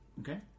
Okay